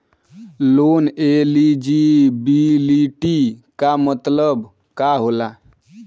Loan eligibility का मतलब का होला?